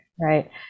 Right